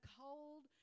cold